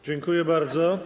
Dziękuję bardzo.